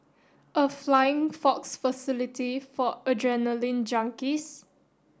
a flying fox facility for adrenaline junkies